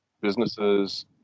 businesses